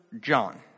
John